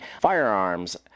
firearms